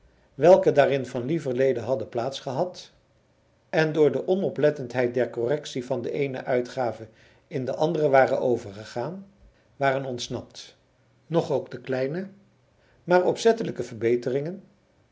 welke daarin van lieverlede hadden plaats gehad en door de onoplettendheid der correctie van de eene uitgave in de andere waren overgegaan waren ontsnapt noch ook de kleine maar opzettelijke verbeteringen